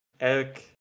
Elk